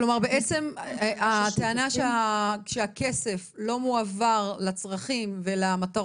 כלומר את בעצם אומרת שבעצם הטענה שהכסף לא מועבר לצרכים ולמטרות